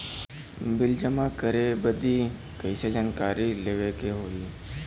Bill जमा करे बदी कैसे जानकारी लेवे के होई?